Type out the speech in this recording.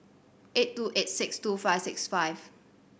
eight two eight six two five six five